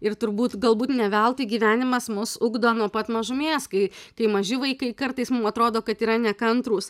ir turbūt galbūt ne veltui gyvenimas mus ugdo nuo pat mažumės kai kai maži vaikai kartais mum atrodo kad yra nekantrūs